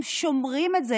הם שומרים את זה,